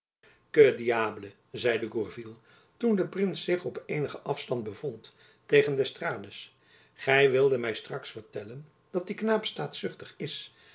diable zeide gourville toen de prins zich op eenigen afstand bevond tegen d'estrades gy wildet my straks vertellen dat die knaap staatzuchtig is